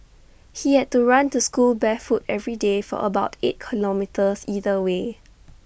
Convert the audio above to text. he had to run to school barefoot every day for about eight kilometres either way